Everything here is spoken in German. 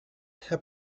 herr